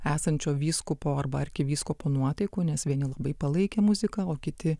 esančio vyskupo arba arkivyskupo nuotaikų nes vieni labai palaikė muziką o kiti